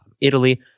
Italy